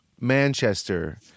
Manchester